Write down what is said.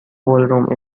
ballroom